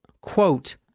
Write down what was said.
quote